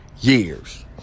years